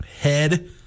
head